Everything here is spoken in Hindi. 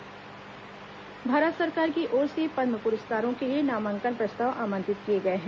पदम पुरस्कार प्रस्ताव भारत सरकार की ओर से पद्म पुरस्कारों के लिए नामांकन प्रस्ताव आमंत्रित किए गए हैं